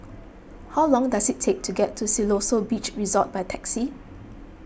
how long does it take to get to Siloso Beach Resort by taxi